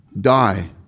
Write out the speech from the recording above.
die